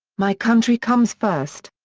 my country comes first.